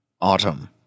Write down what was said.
Autumn